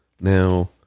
Now